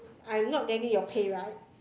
I'm not getting your pay right